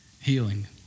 healing